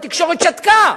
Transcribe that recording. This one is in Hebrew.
התקשורת שתקה.